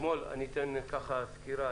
אני אתן סקירה.